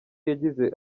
yagize